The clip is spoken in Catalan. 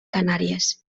canàries